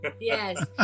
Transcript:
Yes